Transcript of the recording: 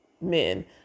men